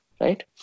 Right